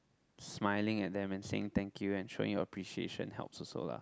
smiling at them and saying thank you and showing your appreciation helps also lah